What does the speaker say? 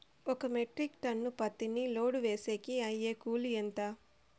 ఒక metric ton పత్తిని load వేసేకి అయ్యే కూలి ఎంత?